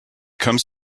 comes